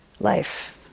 life